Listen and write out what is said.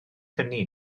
hynny